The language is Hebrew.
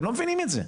אתם לא מבינים את זה.